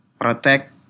protect